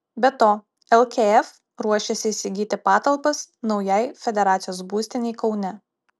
be to lkf ruošiasi įsigyti patalpas naujai federacijos būstinei kaune